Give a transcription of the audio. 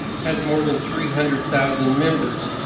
has more than three hundred thousand members,